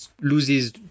loses